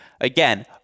again